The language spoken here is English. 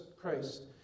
Christ